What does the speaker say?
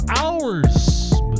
hours